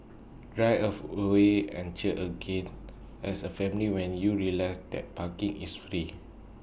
drive of away and cheer again as A family when you realise that parking is free